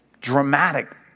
dramatic